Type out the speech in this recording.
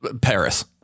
paris